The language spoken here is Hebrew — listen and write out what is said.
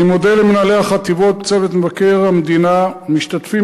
אני מודה למנהלי החטיבות ולצוות מבקר המדינה המשתתפים